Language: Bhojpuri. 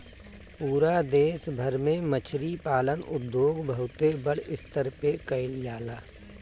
पूरा देश भर में मछरी पालन उद्योग बहुते बड़ स्तर पे कईल जाला